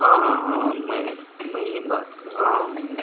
ہاں ہاں ہاں میں میں ہی بات کر رہا ہوں